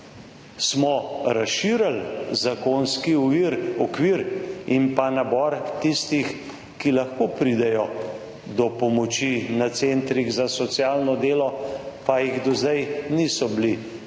Smo razširili zakonski okvir in pa nabor tistih, ki lahko pridejo do pomoči na Centrih za socialno delo, pa jih do zdaj niso bili